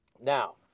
Now